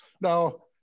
Now